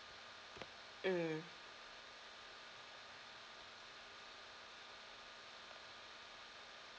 mm